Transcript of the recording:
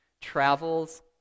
travels